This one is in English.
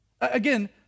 Again